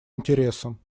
интересам